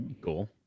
cool